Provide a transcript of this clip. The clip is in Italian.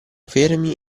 fermi